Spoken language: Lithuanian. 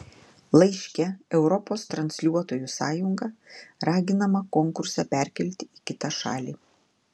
laiške europos transliuotojų sąjunga raginama konkursą perkelti į kitą šalį